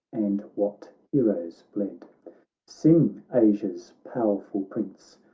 and what heroes bled sing asia's powerful prince,